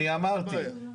אני אמרתי,